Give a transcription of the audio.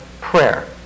prayer